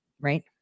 right